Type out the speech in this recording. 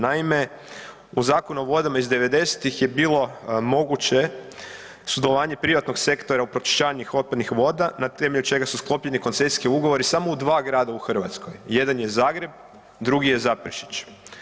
Naime, u Zakonu o vodama iz devedesetih je bilo moguće sudjelovanje privatnog sektora u pročišćavanju otpadnih voda na temelju čega su sklopljeni koncesijski ugovori samo u dva grada u Hrvatskoj, jedan je Zagreb, drugi je Zaprešić.